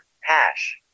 hash